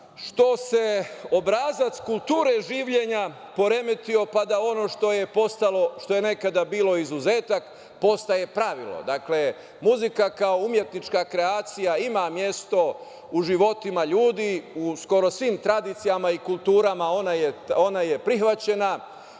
što se obrazac kulture življenja poremetio pa da ono što je nekada bilo izuzetak postaje pravilo. Dakle, muzika kao umetnička kreacija ima mesto u životima ljudi u skoro svim tradicijama i kulturama. Ona je prihvaćena